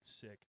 sick